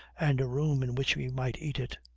and a room in which we might eat it.